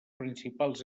principals